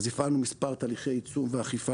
אז הפעלנו מספר הליכי עיצום ואכיפה